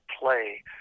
play